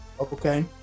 Okay